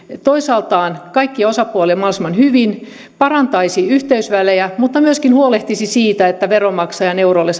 toisaalta kaikkia osapuolia mahdollisimman hyvin parantaisi yhteysvälejä mutta myöskin huolehtisi siitä että veronmaksajan eurolle